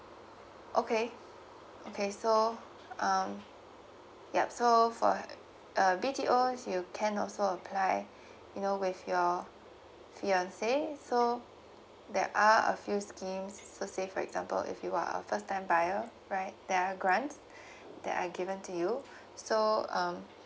okay okay so um yup so for uh B_T_O you can also apply you know with your fiance so there are a few schemes so say for example if you are a first time buyer right there are grants that are given to you so um